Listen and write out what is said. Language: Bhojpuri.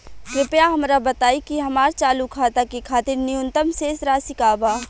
कृपया हमरा बताइ कि हमार चालू खाता के खातिर न्यूनतम शेष राशि का बा